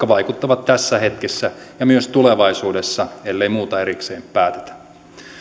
vaikuttavat tässä hetkessä ja myös tulevaisuudessa ellei muuta erikseen päätetä